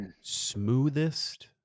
smoothest